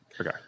Okay